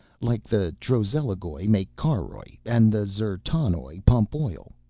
like the trozelligoj make caroj and the d'zertanoj pump oil.